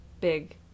big